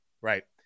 right